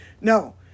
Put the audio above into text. no